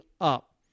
up